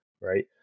Right